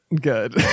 good